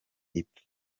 ipfa